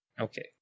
Okay